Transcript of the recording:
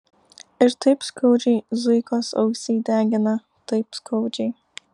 ir taip skaudžiai zuikos ausį degina taip skaudžiai